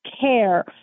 Care